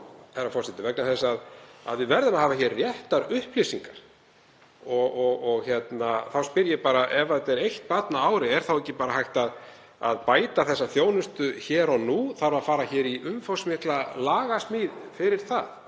herra forseti, vegna þess að við verðum að hafa réttar upplýsingar. Þá spyr ég: Ef þetta er eitt barn á ári er þá ekki bara hægt að bæta þessa þjónustu hér og nú? Þarf að fara í umfangsmikla lagasmíð fyrir það?